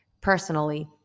personally